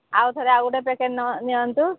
ଆଉ ଥରେ ଆଉ ଗୋଟେ ପ୍ୟାକେଟ୍ ନିଅନ୍ତୁ